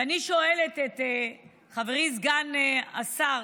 ואני שואלת את חברי סגן השר,